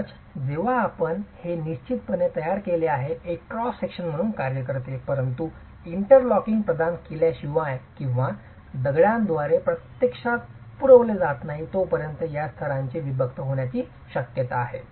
म्हणूनच जेव्हा आपण हे निश्चितपणे तयार केले आहे एक क्रॉस सेक्शन म्हणून कार्य करते परंतु इंटरलॉकिंग प्रदान केल्याशिवाय किंवा दगडांद्वारे प्रत्यक्षात पुरवले जात नाही तोपर्यंत या स्तरांचे विभक्त होण्याची शक्यता आहे